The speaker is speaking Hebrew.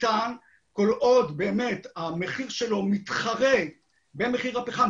שניתן כל עוד המחיר שלו מתחרה במחיר הפחם,